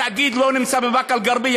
התאגיד לא נמצא בבאקה-אל-ע'רביה.